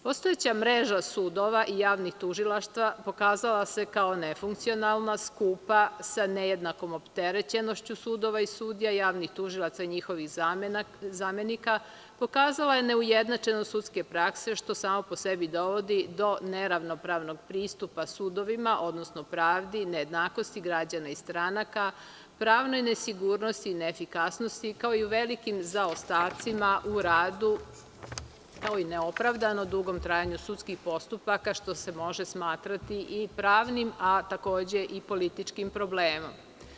Postojeća mreža sudova i javnih tužilaštava pokazala se kao nefunkcionalna, skupa, sa nejednakom opterećenošću sudova i sudija, javnih tužilaca i njihovih zamenika, pokazala je neujednačenost sudske prakse, što samo po sebi dovodi do neravnopravnog pristupa sudovima, odnosno pravdi, nejednakosti građana i stranaka, pravnoj nesigurnosti i neefikasnosti, kao i u velikim nedostacima u radu, a i u neopravdano dugom trajanju sudskih postupaka, što se može smatrati i pravnim, a takođe i političkim problemom.